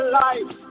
life